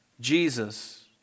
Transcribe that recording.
Jesus